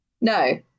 No